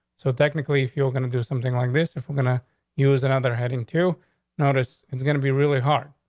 so technically, if you're gonna do something like this, if we're gonna use another heading to notice, it's gonna be really hard.